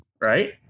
right